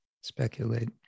speculate